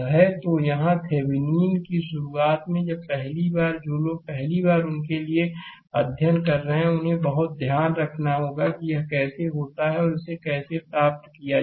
तो यहाँ थेविनीन की शुरुआत में जब पहली बार जो लोग पहली बार उनके लिए अध्ययन कर रहे हैं उन्हें बहुत ध्यान रखना होगा कि यह कैसे होता है और इसे कैसे प्राप्त किया जा सकता है